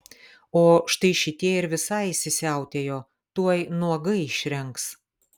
o štai šitie ir visai įsisiautėjo tuoj nuogai išrengs